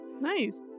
Nice